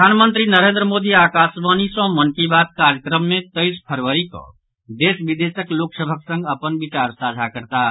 प्रधानमंत्री नरेन्द्र मोदी आकाशवाणी सॅ मन की बात कार्यक्रम मे तेईस फरवरी कऽ देश विदेशक लोक सभक संग अपन विचार साझा करताह